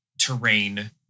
terrain